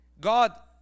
god